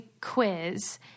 quiz